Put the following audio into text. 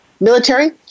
military